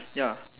ya